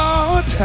Lord